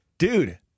Dude